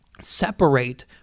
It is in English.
separate